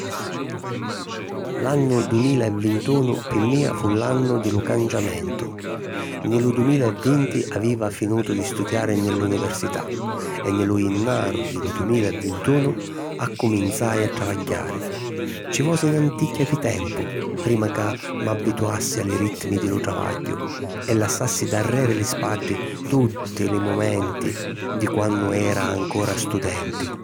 L'annu dumila e vintunu pi mia fu l'annu di lu canciamentu. Nni lu dumila e vinti avìa finutu di studiari nni l'università e 'nni lu jinnaru di lu dumila e vintunu accuminzai a travagghiari. Ci vosi 'n 'anticchia di tempu prima ca m'abbituassi a li ritmi di lu travagghiu e lassassi darreri li spaddi tutti li mumenti di quannu era ancora studenti.